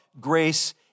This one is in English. grace